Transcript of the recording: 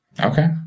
Okay